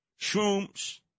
shrooms